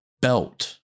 belt